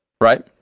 Right